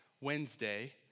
Wednesday